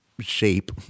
shape